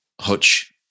Hutch